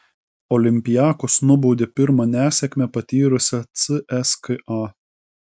olympiakos nubaudė pirmą nesėkmę patyrusią cska